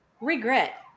regret